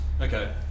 okay